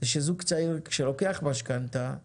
כשזוג צעיר לוקח משכנתא הוא